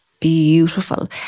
beautiful